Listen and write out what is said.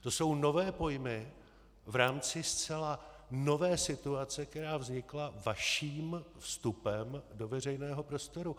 To jsou nové pojmy v rámci zcela nové situace, která vznikla vaším vstupem do veřejného prostoru.